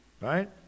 right